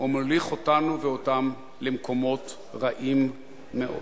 ומוליך אותנו ואותם למקומות רעים מאוד.